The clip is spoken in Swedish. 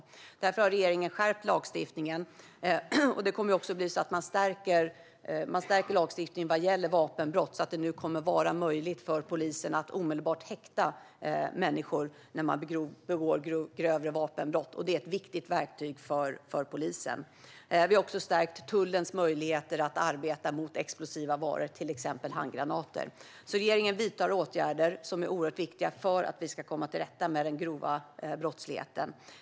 Regeringen har därför skärpt lagstiftningen. Lagstiftningen för vapenbrott kommer också att stärkas så att det blir möjligt för polisen att omedelbart häkta människor som begår grövre vapenbrott. Detta är ett viktigt verktyg för polisen. Vi har även stärkt tullens möjligheter att arbeta gentemot explosiva varor, till exempel handgranater. Regeringen vidtar alltså åtgärder som är oerhört viktiga för att komma till rätta med den grova brottsligheten.